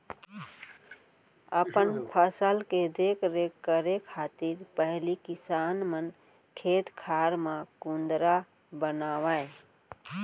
अपन फसल के देख रेख करे खातिर पहिली किसान मन खेत खार म कुंदरा बनावय